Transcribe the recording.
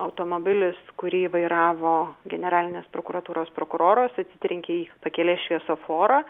automobilis kurį vairavo generalinės prokuratūros prokuroras atsitrenkė į pakelės šviesoforą